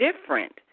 different